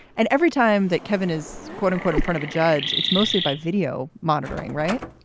and every time that kevin is, quote unquote, in front of a judge, it's mostly by video monitoring, right?